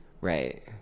right